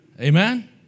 Amen